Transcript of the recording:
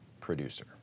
producer